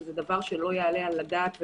שזה דבר שלא יעלה על הדעת,